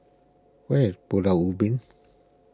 where is Pulau Ubin